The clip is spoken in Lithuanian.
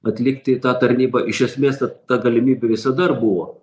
atlikti tą tarnybą iš esmės ta galimybė visada ir buvo